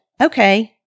okay